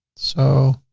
so